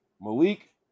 Malik